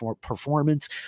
performance